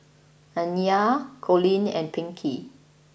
Aniya Collin and Pinkey